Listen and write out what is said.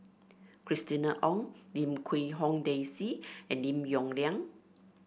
Christina Ong Lim Quee Hong Daisy and Lim Yong Liang